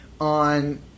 On